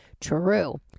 true